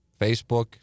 Facebook